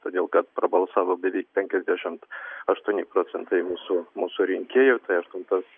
todėl kad prabalsavo beveik penkiasdešimt aštuoni procentai mūsų mūsų rinkėjų tai aštunta